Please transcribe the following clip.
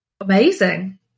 Amazing